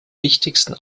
wichtigsten